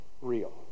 real